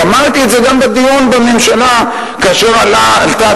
אמרתי את זה גם בדיון בממשלה כאשר עלתה